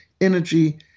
energy